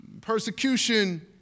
Persecution